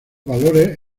valores